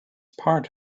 part